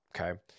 Okay